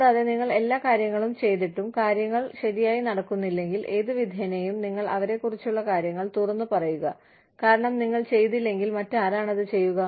കൂടാതെ നിങ്ങൾ എല്ലാ കാര്യങ്ങൾ ചെയ്തിട്ടും കാര്യങ്ങൾ ശരിയായി നടക്കുന്നില്ലെങ്കിൽ ഏതുവിധേനയും നിങ്ങൾ അവരെ കുറിച്ചുള്ള കാര്യങ്ങൾ തുറന്ന് പറയുക കാരണം നിങ്ങൾ ചെയ്തില്ലെങ്കിൽ മറ്റാരാണ് അത് ചെയ്യുക